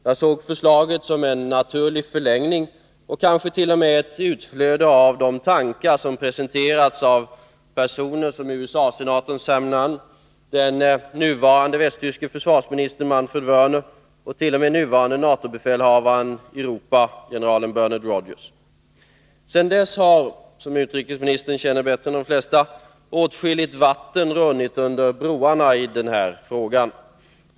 Jag såg förslaget som en naturlig förlängning och kanske t.o.m. ett utflöde av de tankar som presenterats av personer som USA-senatorn Sam Nunn, den nuvarande västtyske försvarsministern Manfred Wörner och t.o.m. den nuvarande NATO-befälhavaren i Europa general Bernhard Rogers. Sedan dess har, som utrikesministern känner till bättre än de flesta, åtskilligt vatten runnit under broarna i den här frågan.